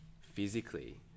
physically